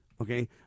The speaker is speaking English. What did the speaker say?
okay